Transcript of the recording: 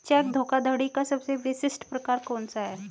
Check धोखाधड़ी का सबसे विशिष्ट प्रकार कौन सा है?